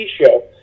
show